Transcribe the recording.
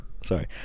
Sorry